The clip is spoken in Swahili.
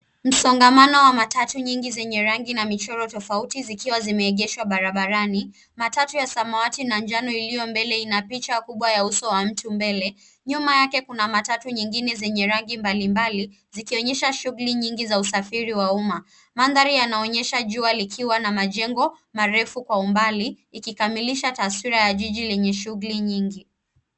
Matatu nyingi zenye rangi na michoro tofauti zikiwa zimeegeshwa barabarani. Matatu ya rangi ya samawati na njano mbele inaonyesha uso mkubwa wa abiria mbele. Nyuma yake kuna matatu nyingine za rangi mbalimbali zikiwa zinashughulikia shughuli nyingi za usafiri wa umma. Eneo hilo linaonekana likiwa na jua na majengo marefu kwa mbali, likikamilisha taswira ya jiji lenye shughuli nyingi